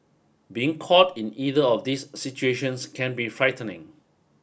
being caught in either of these situations can be frightening